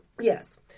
Yes